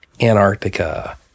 Antarctica